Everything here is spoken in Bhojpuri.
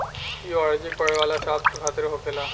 ई वाणिज्य पढ़े वाला छात्र खातिर होखेला